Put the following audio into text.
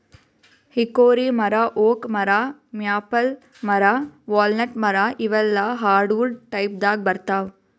hickory ಮರಾ oak ಮರಾ maple ಮರಾ ವಾಲ್ನಟ್ ಮರಾ ಇವೆಲ್ಲಾ ಹಾರ್ಡವುಡ್ ಟೈಪ್ದಾಗ್ ಬರ್ತಾವ್